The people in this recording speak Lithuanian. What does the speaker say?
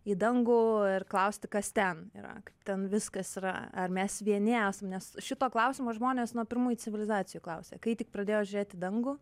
į dangų ir klausti kas ten yra ten viskas yra ar mes vieni esam nes šito klausimo žmonės nuo pirmųjų civilizacijų klausė kai tik pradėjo žiūrėt į dangų